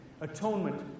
atonement